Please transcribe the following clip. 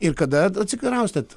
ir kada atsikraustėt